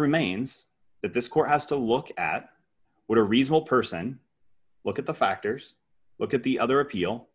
remains that this court has to look at what a reasonable person look at the factors look at the other appeal